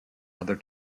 other